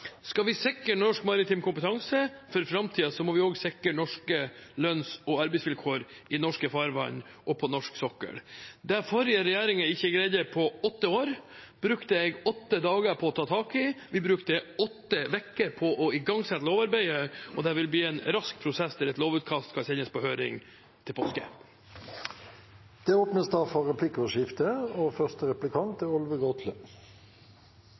Skal vi sikre norsk maritim kompetanse for framtiden, må vi også sikre norske lønns- og arbeidsvilkår i norske farvann og på norsk sokkel. Det forrige regjering ikke greide på åtte år, brukte jeg åtte dager på å ta tak i, og vi brukte åtte uker på å igangsette lovarbeidet. Det vil bli en rask prosess der et lovutkast kan sendes på høring til påske. Det blir replikkordskifte. Statsråden er kjend med at både av Solberg-regjeringa, av Støre-regjeringa og i budsjettsamarbeidet med SV er